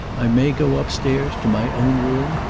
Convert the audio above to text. i may go up-stairs to my own room?